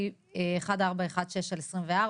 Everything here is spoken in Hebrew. פ/1416/24,